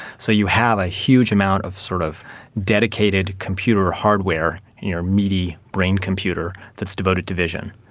so you have a huge amount of sort of dedicated computer hardware in your meaty brain computer that is devoted to vision.